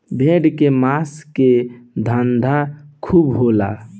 भेड़ के मांस के धंधा खूब होला